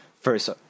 first